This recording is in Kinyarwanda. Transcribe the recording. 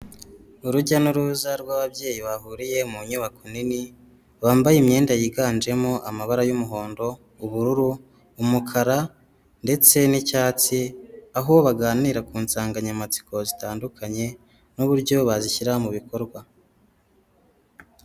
Urujya n'uruza rw'ababyeyi bahuriye mu nyubako nini bambaye imyenda yiganjemo amabara y'umuhondo, ubururu, umukara ndetse n'icyatsi aho baganira ku nsanganyamatsiko zitandukanye n'uburyo bazishyira mu bikorwa.